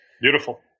Beautiful